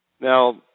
Now